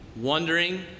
Wondering